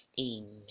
amen